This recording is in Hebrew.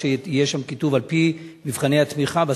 על-פי מבחני התמיכה,